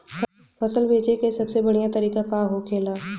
फसल बेचे का सबसे बढ़ियां तरीका का होखेला?